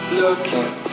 looking